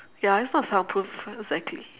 ya it's not soundproof exactly